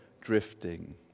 drifting